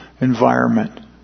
environment